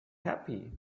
happy